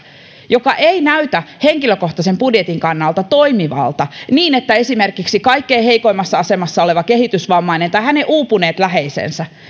joka ei näytä henkilökohtaisen budjetin kannalta toimivalta niin että esimerkiksi kaikkein heikoimmassa asemassa oleva kehitysvammainen tai hänen uupuneet läheisensä